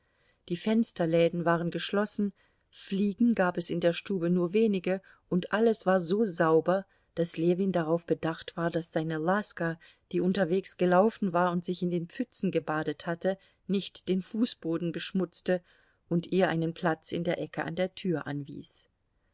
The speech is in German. die fensterläden waren geschlossen fliegen gab es in der stube nur wenige und alles war so sauber daß ljewin darauf bedacht war daß seine laska die unterwegs gelaufen war und sich in den pfützen gebadet hatte nicht den fußboden beschmutzte und ihr einen platz in der ecke an der tür anwies